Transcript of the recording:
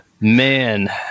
Man